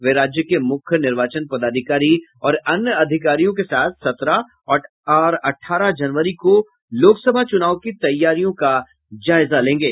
वे राज्य के मुख्य निर्वाचन पदाधिकारी और अन्य अधिकारियों के साथ सत्रह और अठारह जनवरी को लोक सभा चुनाव की तैयारियों का जायजा लेंगे